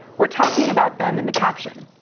we're talking about them in the caption.